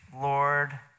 Lord